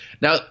Now